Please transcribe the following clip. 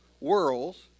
worlds